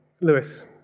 Lewis